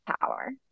power